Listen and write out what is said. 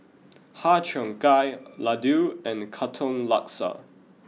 Har Cheong Gai Laddu and Katong Laksa